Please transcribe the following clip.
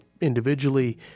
individually